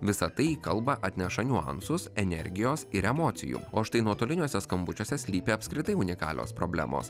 visa tai į kalbą atneša niuansus energijos ir emocijų o štai nuotoliniuose skambučiuose slypi apskritai unikalios problemos